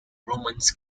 romans